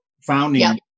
founding